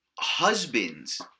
Husbands